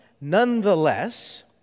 nonetheless